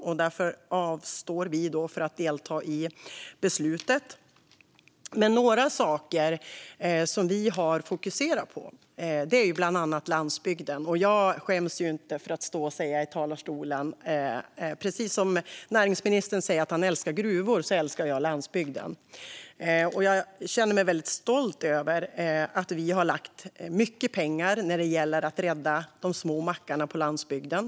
Därför avstår vi från att delta i beslutet. Men jag vill ta upp några saker som vi har fokuserat på. Det är bland annat landsbygden. Jag skäms inte för att stå och säga i talarstolen att jag älskar landsbygden. Precis som näringsministern säger att han älskar gruvor älskar jag landsbygden. Jag känner mig väldigt stolt över att vi har lagt mycket pengar när det gäller att rädda de små mackarna på landsbygden.